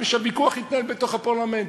ושהוויכוח יתנהל בתוך הפרלמנט.